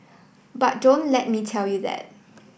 but don't let me tell you that